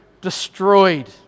destroyed